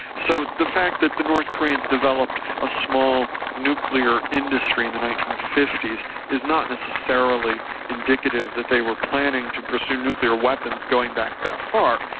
so the fact that the north koreans developed a small nuclear industry in the nineteen fifty s is not necessarily indicative that they were planning to pursue nuclear weapons going back that far,